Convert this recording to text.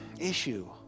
issue